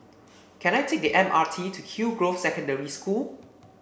can I take the M R T to Hillgrove Secondary School